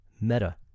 Meta